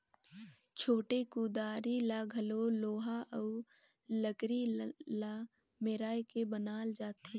छोटे कुदारी ल घलो लोहा अउ लकरी ल मेराए के बनाल जाथे